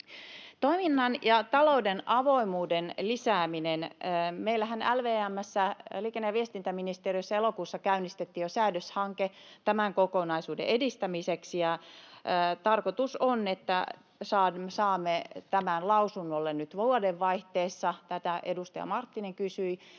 Toiminnan ja talouden avoimuuden lisääminen. Meillähän LVM:ssä, liikenne- ja viestintäministeriössä, elokuussa käynnistettiin jo säädöshanke tämän kokonaisuuden edistämiseksi. Tarkoitus on, että saamme tämän lausunnolle nyt vuodenvaihteessa — tätä edustaja Marttinen kysyi